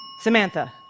Samantha